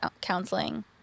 counseling